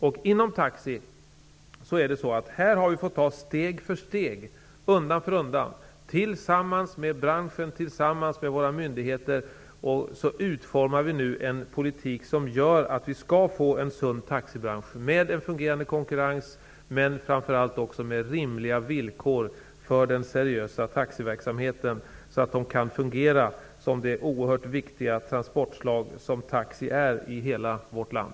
Vad gäller taxi har vi fått gå fram steg för steg tillsammans med branschen och våra myndigheter, och vi utformar nu en politik som gör att vi skall få en sund taxibransch med en fungerande konkurrens, men framför allt också med rimliga villkor för den seriösa taxiverksamheten. Då kommer taxi att fungera som det oerhört viktiga transportslag som denna verksamhet skall vara i hela vårt land.